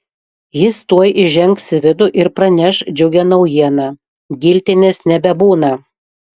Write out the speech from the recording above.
jis tuoj įžengs į vidų ir praneš džiugią naujieną giltinės nebebūna